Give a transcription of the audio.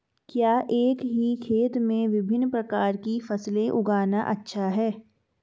क्या एक ही खेत में विभिन्न प्रकार की फसलें उगाना अच्छा है?